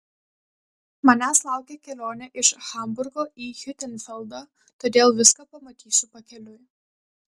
manęs laukia kelionė iš hamburgo į hiutenfeldą todėl viską pamatysiu pakeliui